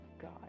god